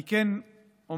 אני כן אומר